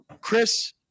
Chris